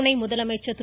துணை முதலமைச்சர் திரு